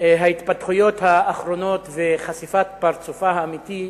ההתפתחויות האחרונות וחשיפת פרצופה האמיתי,